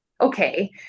Okay